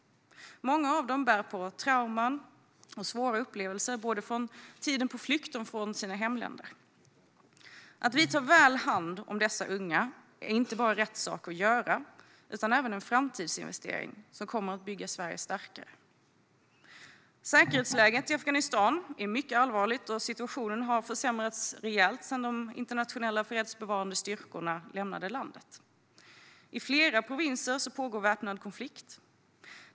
Många av dem bär på trauman och svåra upplevelser, både från tiden på flykt och från sina hemländer. Att vi tar väl hand om dessa unga är inte bara rätt sak att göra utan även en framtidsinvestering som kommer att bygga Sverige starkare. Säkerhetsläget i Afghanistan är mycket allvarligt, och situationen har försämrats rejält sedan de internationella fredsbevarande styrkorna lämnade landet. I flera provinser pågår väpnad konflikt.